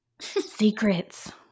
Secrets